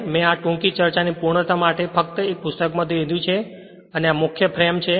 આ મેં આ ટૂંકી ચર્ચાની પૂર્ણતા માટે ફક્ત એક પુસ્તકમાંથી લીધું છે અને આ મુખ્ય ફ્રેમ છે